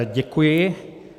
Děkuji.